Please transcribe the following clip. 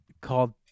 called